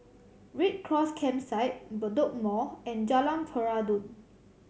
Red Cross Campsite Bedok Mall and Jalan Peradun